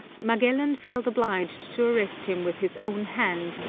magellan felt obliged to arrest him with his own hand,